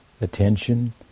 attention